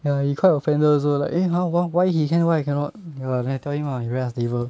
ya he quite offended also like eh !huh! why he can what I cannot ya lah then I tell him lah he very stable